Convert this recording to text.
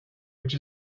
which